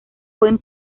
fue